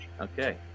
okay